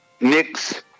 Knicks